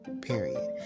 period